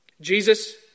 Jesus